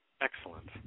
excellent